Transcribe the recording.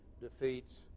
defeats